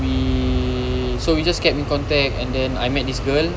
we so we just kept in contact and then I met this girl